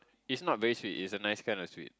it's not very sweet it's the nice kind of sweet